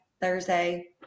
Thursday